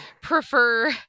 prefer